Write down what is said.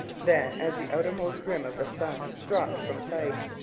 then as the outermost rim of the sun dropped from sight,